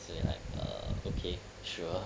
so we like err okay sure